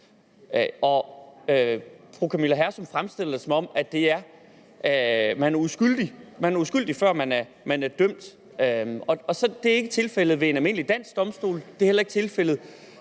Fru Camilla Hersom fremstiller det, som om man er uskyldig, før man er dømt. Det er ikke tilfældet ved en almindelig dansk domstol, og det er heller ikke tilfældet